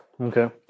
okay